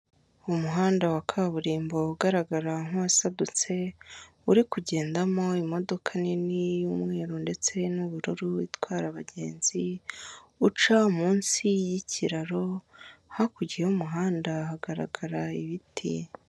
Umuhanda wa kaburimbo ugaragara nk'uwasadutse, uri kugendamo imodoka nini y'umweru ndetse n'ubururu itwara abagenzi, uca munsi y'ikiraro, hakurya y'umuhanda hagaragara ibiti.